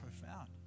profound